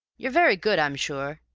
you're very good, i'm sure,